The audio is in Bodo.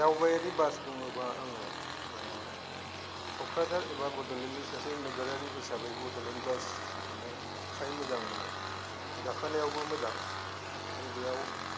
दावबायारि बास बुङोबा आङो क'क्राझार एबा बड'लेण्डनि सासे नोगोरारि हिसाबै बड'लेण्ड बासखौनो फ्राय मोजां मोनो गाखोनायावबो मोजां आरो बेयाव